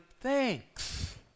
thanks